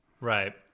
Right